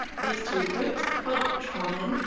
these two groups, called chonin,